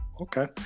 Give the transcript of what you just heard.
Okay